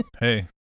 Hey